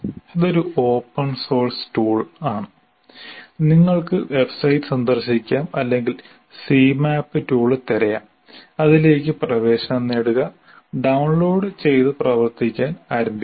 ഇതൊരു open source ടൂളാണ് നിങ്ങൾക്ക് വെബ്സൈറ്റ് സന്ദർശിക്കാം അല്ലെങ്കിൽ Cmap ടൂൾ തിരയാം അതിലേക്ക് പ്രവേശനം നേടുക ഡൌൺലോഡ് ചെയ്ത് പ്രവർത്തിക്കാൻ ആരംഭിക്കുക